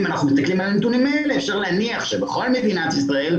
אם אנחנו מסתכלים על הנתונים האלה אפשר להניח שבכל מדינת ישראל,